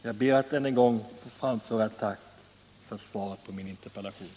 Jag ber att än en gång få framföra ett tack för svaret på min interpellation.